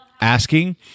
asking